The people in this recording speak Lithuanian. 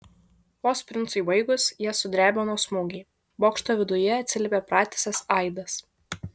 vos princui baigus jas sudrebino smūgiai bokšto viduje atsiliepė pratisas aidas